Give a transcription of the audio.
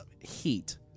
heat